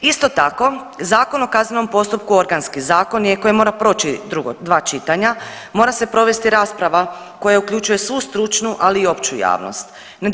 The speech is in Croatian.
Isto tako Zakon o kaznenom postupku organski zakon je koji mora proći dva čitanja, mora se provesti rasprava koja uključuje svu stručnu, ali i opću javnost.